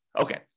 Okay